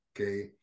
okay